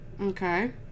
okay